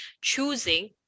choosing